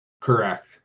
Correct